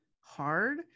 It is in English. hard